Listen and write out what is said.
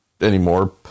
anymore